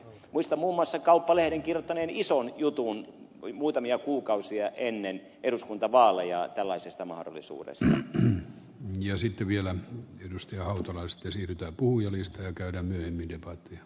muistan muun muassa kauppalehden kirjoittaneen ison jutun muutamia kuukausia ennen eduskuntavaaleja tällaisesta mahdollisuudestahen ja sitten vielä tylysti tulosten siirtää puu ja niistä käydään hyvinkin mahdollisuudesta